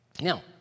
Now